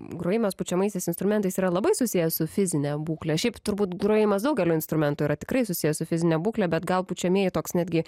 grojimas pučiamaisiais instrumentais yra labai susijęs su fizine būkle šiaip turbūt grojimas daugeliu instrumentų yra tikrai susijęs su fizine būkle bet gal pučiamieji toks netgi